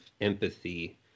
empathy